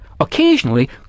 Occasionally